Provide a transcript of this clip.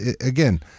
again